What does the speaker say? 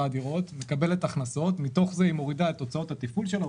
מתוך ההכנסות היא מורידה את הוצאות התפעול שלה,